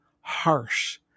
harsh